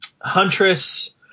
Huntress